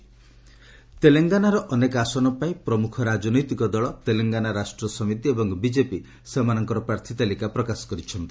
Telangana nomination ତେଲଙ୍ଗାନାର ଅନେକ ଆସନ ପାଇଁ ପ୍ରମୁଖ ରାଜନୈତିକ ଦଳ ତେଲଙ୍ଗାନା ରାଷ୍ଟ୍ର ସମିତି ଏବଂ ବିଜେପି ସେମାନଙ୍କର ପ୍ରାର୍ଥୀ ତାଲିକା ପ୍ରକାଶ କରିଛନ୍ତି